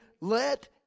let